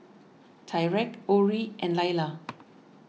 Tyreke Orie and Lila